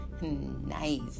nice